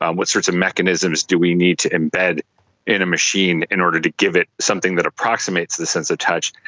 um what sorts of mechanisms do we need to embed in a machine in order to give it something that approximates the sense of touch?